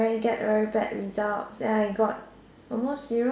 when I very get very bad results then I got almost zero